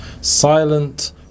silent